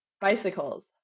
bicycles